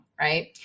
right